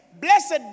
blessed